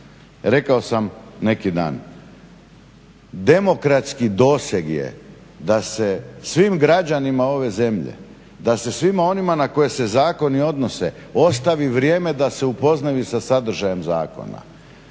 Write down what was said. Rekao sam neki dan. Demokratski doseg je da se svim građanima ove zemlje, da se svima onima na koje se zakoni odnose ostavi vrijeme da se upoznaju i sa sadržajem zakona.